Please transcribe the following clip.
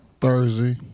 Thursday